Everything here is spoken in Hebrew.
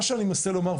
מה שאני מנסה לומר,